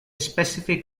specific